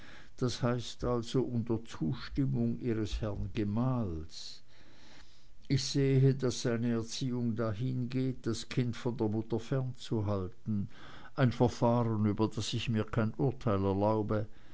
das heißt also unter zustimmung ihres herrn gemahls ich sehe daß seine erziehung dahin geht das kind von der mutter fernzuhalten ein verfahren über das ich mir kein urteil erlaube